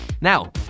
Now